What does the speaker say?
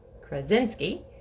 Krasinski